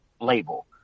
label